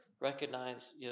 recognize